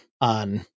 on